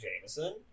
Jameson